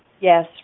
Yes